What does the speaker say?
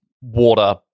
water